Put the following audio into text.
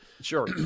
sure